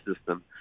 system